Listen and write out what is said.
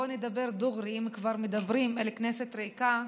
בואו נדבר דוגרי, אם כבר מדברים אל כנסת ריקה.